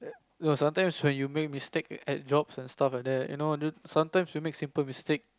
no sometimes when you make mistake at jobs and stuffs like that you know sometimes we make simple mistake